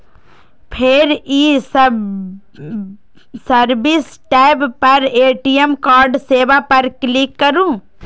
फेर ई service tab पर ए.टी.एम कार्ड सेवा पर क्लिक करू